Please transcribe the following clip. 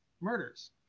murders